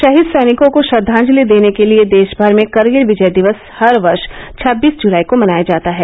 शहीद सैनिकों को श्रद्वांजलि देने के लिए देश भर में करगिल विजय दिवस हर वर्ष छब्बीस जुलाई को मनाया जाता है